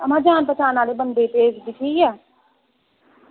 एह् जान पहचान आह्ले बंदे गी भेजगे ठीक ऐ